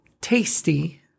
tasty